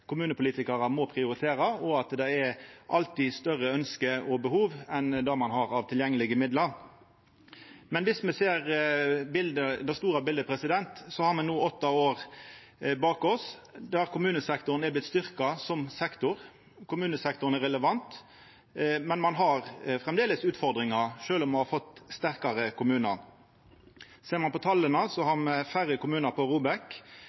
kommunepolitikarar må prioritera, og at det alltid er større ønske og behov enn det me har av tilgjengelege midlar. Men viss me ser det store bildet, har me no åtte år bak oss der kommunesektoren har vorte styrkt som sektor. Kommunesektoren er relevant, men ein har framleis utfordringar, sjølv om me har fått sterkare kommunar. Ser ein på tala, har me færre kommunar på ROBEK. Kommunesektoren har dobbelt så mykje pengar på